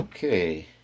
Okay